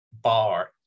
bar